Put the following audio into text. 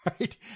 right